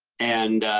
and